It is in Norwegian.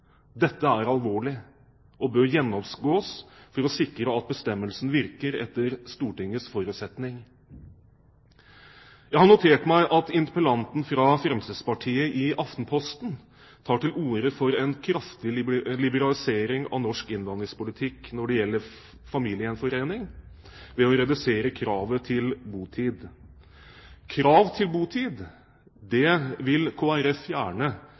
Dette er alvorlig, og bør gjennomgås for å sikre at bestemmelsen virker etter Stortingets forutsetning. Jeg har notert meg at interpellanten fra Fremskrittspartiet i Aftenposten tar til orde for en kraftig liberalisering av norsk innvandringspolitikk hva gjelder familiegjenforening, ved å redusere kravet til botid. Krav til botid vil